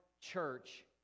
church